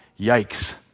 yikes